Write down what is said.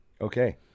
okay